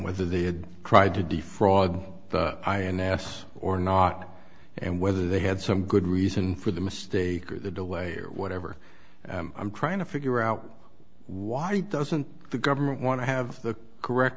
whether they had tried to defraud the ins or not and whether they had some good reason for the mistake or the delay or whatever i'm trying to figure out why doesn't the government want to have the correct